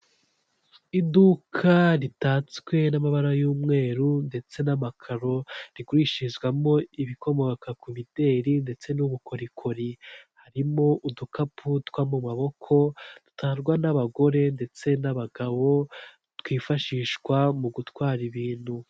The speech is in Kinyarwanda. Ogisisi foiri biro akaba ari ibiro bifasha abaza kuvunjisha amafaranga yabo bayakura mu bwoko runaka bw'amafaranga bayashyira mu bundi bwoko runaka bw'amafaranga, aha turabonamo mudasobwa, turabonamo n'umugabo wicaye ategereje gufasha abakiriya baza kuvunjisha amafaranga yawe.